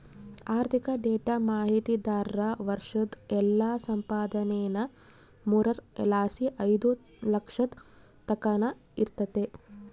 ಆರ್ಥಿಕ ಡೇಟಾ ಮಾಹಿತಿದಾರ್ರ ವರ್ಷುದ್ ಎಲ್ಲಾ ಸಂಪಾದನೇನಾ ಮೂರರ್ ಲಾಸಿ ಐದು ಲಕ್ಷದ್ ತಕನ ಇರ್ತತೆ